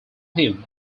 him